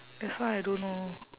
that's why I don't know